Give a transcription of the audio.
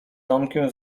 domkiem